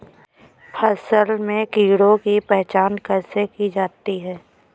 फसल में कीड़ों की पहचान कैसे की जाती है?